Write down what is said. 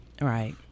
Right